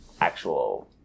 actual